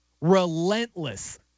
relentless